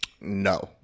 No